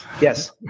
Yes